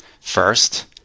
First